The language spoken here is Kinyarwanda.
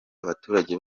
abaturage